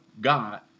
God